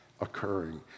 occurring